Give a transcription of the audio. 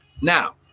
Now